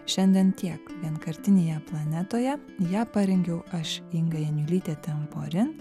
šiandien tiek vienkartinėje planetoje ją parengiau aš inga janiulytė temporin